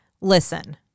listen—